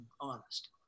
honest